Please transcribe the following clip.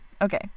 Okay